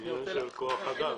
כוח אדם.